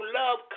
love